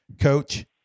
Coach